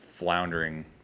Floundering